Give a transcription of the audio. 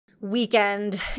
weekend